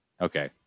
Okay